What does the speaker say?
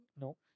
No